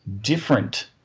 different